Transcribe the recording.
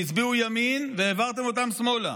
שהצביעו ימין והעברת אותם שמאלה.